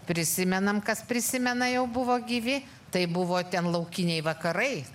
prisimenam kas prisimena jau buvo gyvi tai buvo ten laukiniai vakarai